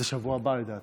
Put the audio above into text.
זה בשבוע הבא, לדעתי.